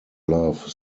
love